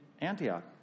Antioch